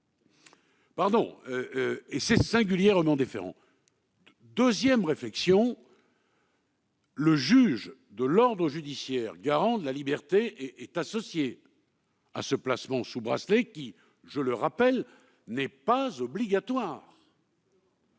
détention. C'est singulièrement différent. Deuxième réflexion : le juge de l'ordre judiciaire, garant de la liberté, est associé à ce placement sous bracelet, lequel n'est pas obligatoire.